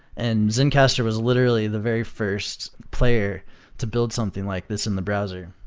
and zencastr was literally the very first player to build something like this in the browser.